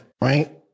right